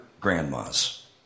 grandmas